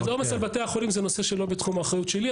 אז העומס על בתי החולים זה נושא שלא בתחום האחריות שלי,